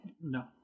No